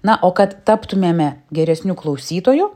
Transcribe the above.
na o kad taptumėme geresniu klausytoju